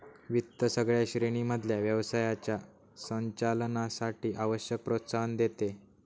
वित्त सगळ्या श्रेणी मधल्या व्यवसायाच्या संचालनासाठी आवश्यक प्रोत्साहन देते